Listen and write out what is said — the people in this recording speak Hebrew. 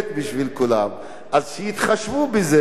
שיתחשבו בזה ושתהיה,